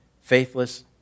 faithless